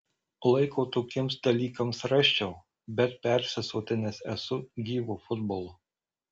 laiko tokiems dalykams rasčiau bet persisotinęs esu gyvu futbolu